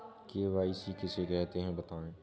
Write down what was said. KYC किसे कहते हैं बताएँ?